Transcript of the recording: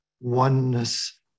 oneness